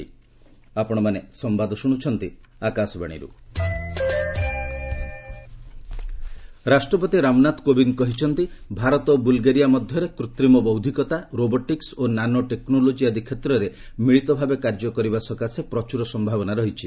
president Bulgaria ରାଷ୍ଟ୍ରପତି ରାମନାଥ କୋବିନ୍ଦ କହିଛନ୍ତି ଭାରତ ଓ ବୁଲ୍ଗେରିଆ ମଧ୍ୟରେ କୃତ୍ରିମ ବୌଦ୍ଧିକତା ରୋବୋଟିକ୍କ ଓ ନାନୋ ଟେକ୍ନୋଳୋଜି ଆଦି କ୍ଷେତ୍ରରେ ମିଳିତ ଭାବେ କାର୍ଯ୍ୟ କରିବା ସକାଶେ ପ୍ରଚୁର ସମ୍ଭାବନା ରହିଛି